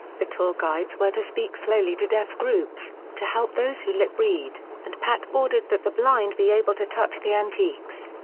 the tour guides were to speak slowly to deaf groups, to help those who lip-read, and pat ordered that the blind be able to touch the antiques.